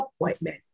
appointment